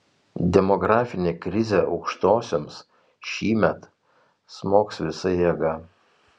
demografinė krizė aukštosioms šįmet smogs visa jėga